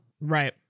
Right